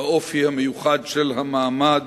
באופי המיוחד של המעמד,